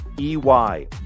EY